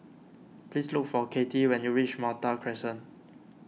please look for Kathy when you reach Malta Crescent